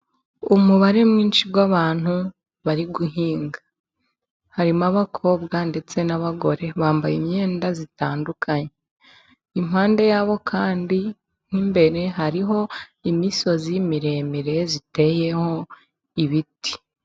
Umubare mwinshi w'abantu bari guhinga. Harimo abakobwa ndetse n'abagore bambaye imyenda itandukanye. Impande yabo kandi nk'imbere, hariho imisozi miremire iteyeho ibiti.